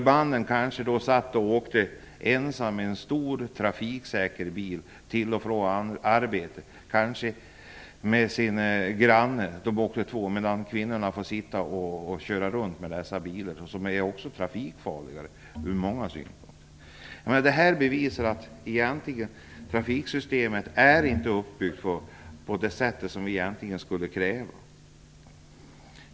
Mannen satt och åkte ensam i en stor trafiksäker bil till och från arbetet, eller kanske med sin granne så att de åkte två, medan kvinnorna fick sitta och köra runt med dessa små bilar, som också ur många synpunkter är trafikfarligare. Det här bevisar att trafiksystemet egentligen inte är uppbyggt på det sätt som vi borde kräva.